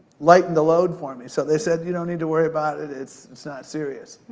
lighten the load for me. so, they said, you don't need to worry about it. it's it's not serious.